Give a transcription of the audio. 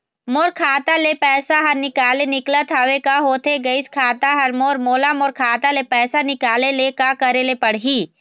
मोर खाता ले पैसा हर निकाले निकलत हवे, का होथे गइस खाता हर मोर, मोला मोर खाता ले पैसा निकाले ले का करे ले पड़ही?